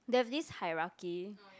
there's this hierarchy